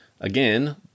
again